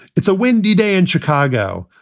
it's a windy day in chicago,